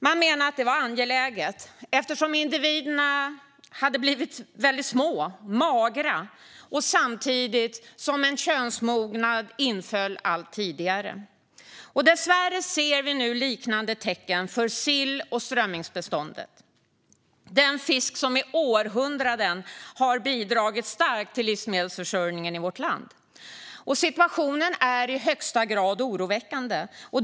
Man menade att det var angeläget eftersom individerna hade blivit väldigt små och magra samtidigt som könsmognaden inföll allt tidigare. Dessvärre ser vi nu liknande tecken för sill och strömmingsbestånden, den fisk som i århundraden har bidragit starkt till livsmedelsförsörjningen i vårt land. Situationen är i högsta grad oroväckande.